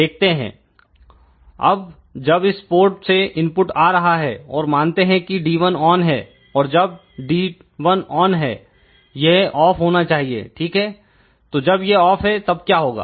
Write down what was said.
देखते हैं अब जब इस पोर्ट से इनपुट आ रहा है और मानते हैं कि D1 ऑन है और जब D1 ऑन है यह ऑफ होना चाहिए ठीक है तो जब ये ऑफ है तब क्या होगा